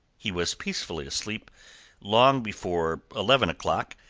he was peacefully asleep long before eleven o'clock,